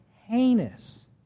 heinous